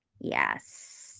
Yes